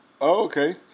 Okay